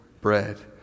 bread